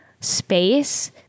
space